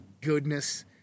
goodness